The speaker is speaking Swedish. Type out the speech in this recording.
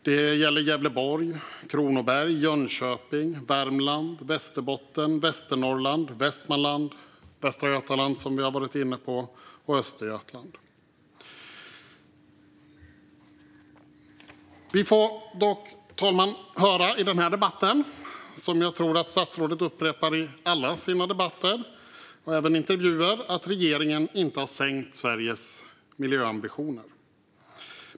Det gäller Gävleborg, Kronoberg, Jönköping, Värmland, Västerbotten, Västernorrland, Västmanland, Västra Götaland, som vi har varit inne på, och Östergötland. Fru talman! Vi får i denna debatt dock höra, vilket jag tror att statsrådet upprepar i alla sina debatter och intervjuer, att regeringen inte har sänkt Sveriges miljöambitioner.